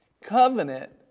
Covenant